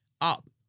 up